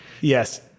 Yes